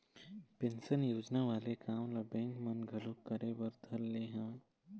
pension योजना वाले काम ल बेंक मन घलोक करे बर धर ले हवय